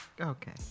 Okay